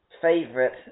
favorite